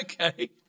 Okay